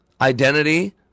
Identity